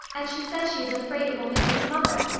and she says she is afraid it will miss its mother,